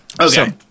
Okay